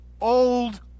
old